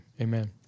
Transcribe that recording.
Amen